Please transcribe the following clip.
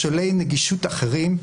מכשולי נגישות אחרים.